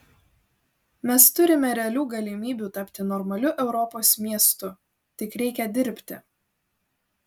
mes turime realių galimybių tapti normaliu europos miestu tik reikia dirbti